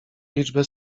liczbę